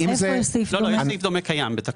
יש סעיף דומה בתקנות.